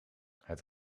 het